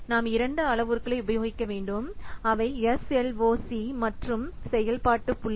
நாம் இரண்டு அளவுருக்களை உபயோகிக்க வேண்டும் அவை எஸ்எல்ஓசி மற்றும் செயல்பாட்டு புள்ளி